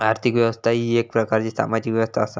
आर्थिक व्यवस्था ही येक प्रकारची सामाजिक व्यवस्था असा